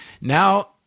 Now